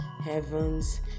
heavens